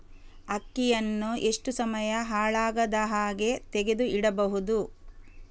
ಅಕ್ಕಿಯನ್ನು ಎಷ್ಟು ಸಮಯ ಹಾಳಾಗದಹಾಗೆ ತೆಗೆದು ಇಡಬಹುದು?